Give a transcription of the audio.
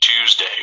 Tuesday